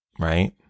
Right